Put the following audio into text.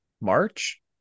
March